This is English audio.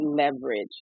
leverage